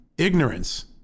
Ignorance